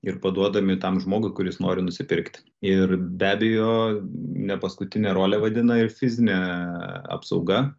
ir paduodami tam žmogui kuris nori nusipirkt ir be abejo ne paskutinę rolę vaidina ir fizinė apsauga